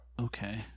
Okay